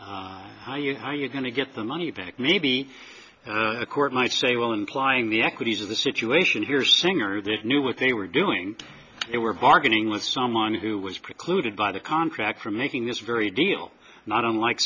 or how you how you're going to get the money back maybe the court might say well implying the equities of the situation here singer that knew what they were doing they were bargaining with someone who was precluded by the contract from making this very deal not unlike